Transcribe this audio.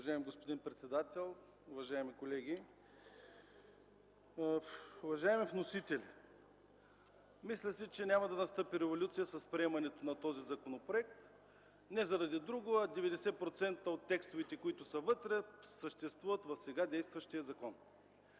уважаеми колеги! Уважаеми вносители, мисля си, че няма да настъпи революция с приемането на този законопроект, тъй като 90 % от текстовете, които са вътре, съществуват в сега действащия закон.